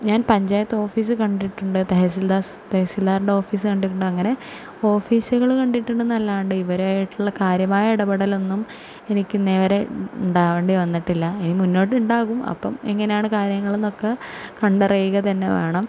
ഞാൻ പഞ്ചായത്ത് ഓഫീസ് കണ്ടിട്ടുണ്ട് തഹസിൽദാർ തഹസിൽദാറിൻ്റെ ഓഫീസ് കണ്ടിട്ടുണ്ട് അങ്ങനെ ഓഫീസുകൾ കണ്ടിട്ടുണ്ട് എന്നല്ലാതെ ഇവരുമായിട്ടുള്ള കാര്യമായ ഇടപെടലൊന്നും എനിക്ക് ഇന്നേ വരെ ഉണ്ടാവേണ്ടി വന്നട്ടില്ല ഇനി മുന്നോട്ട് ഉണ്ടാകും അപ്പം എങ്ങനെയാണ് കാര്യങ്ങൾ എന്നൊക്കെ കണ്ടറിയുക തന്നെ വേണം